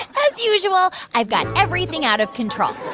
as usual, i've got everything out of control